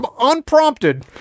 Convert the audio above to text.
unprompted